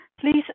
please